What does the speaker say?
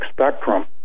spectrum